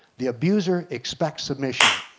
the abuser expects submission.